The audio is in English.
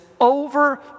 over